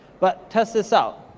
but, test this out.